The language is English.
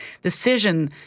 decision